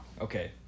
Okay